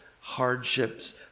hardships